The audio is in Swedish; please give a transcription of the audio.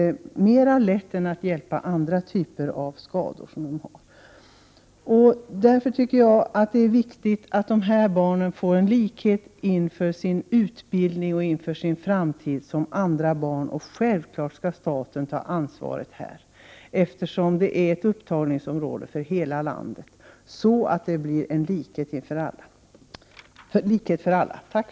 Därför är det angeläget att dessa barn likställs med andra barn när det gäller deras utbildning och framtid. Självfallet är det staten som skall ta ansvar för detta, eftersom hela landet räknas som upptagningsområde. Förste vice talmannen meddelade att propositioner först skulle ställas beträffande envar av de frågor som berördes i de reservationer som fogats till betänkandet. Därefter skulle proposition ställas i ett sammanhang på övriga i betänkandet upptagna frågor.